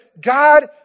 God